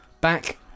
Back